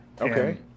Okay